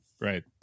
right